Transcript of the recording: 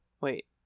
Wait